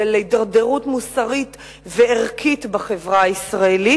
של הידרדרות מוסרית וערכית בחברה הישראלית.